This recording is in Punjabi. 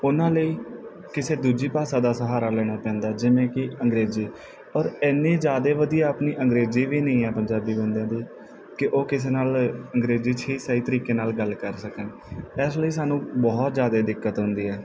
ਉਹਨਾਂ ਲਈ ਕਿਸੇ ਦੂਜੀ ਭਾਸ਼ਾ ਦਾ ਸਹਾਰਾ ਲੈਣਾ ਪੈਂਦਾ ਜਿਵੇਂ ਕਿ ਅੰਗਰੇਜ਼ੀ ਔਰ ਇੰਨੀ ਜ਼ਿਆਦਾ ਵਧੀਆ ਆਪਣੀ ਅੰਗਰੇਜ਼ੀ ਵੀ ਨਹੀਂ ਹੈ ਪੰਜਾਬੀ ਬੰਦਿਆਂ ਦੀ ਕਿ ਉਹ ਕਿਸੇ ਨਾਲ ਅੰਗਰੇਜ਼ੀ 'ਚ ਹੀ ਸਹੀ ਤਰੀਕੇ ਨਾਲ ਗੱਲ ਕਰ ਸਕਣ ਇਸ ਲਈ ਸਾਨੂੰ ਬਹੁਤ ਜ਼ਿਆਦਾ ਦਿੱਕਤ ਹੁੰਦੀ ਹੈ